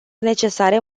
necesare